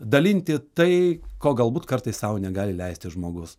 dalinti tai ko galbūt kartais sau negali leisti žmogus